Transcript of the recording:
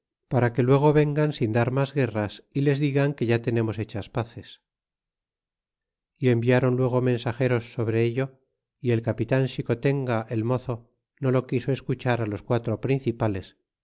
para que luego vengan sin dar mas guerras y les digan que ya tenemos hechas paces y enviaron luego mensageros sobre ello y el capitan xicotenga el mozo no lo quiso escuchar los quatro principales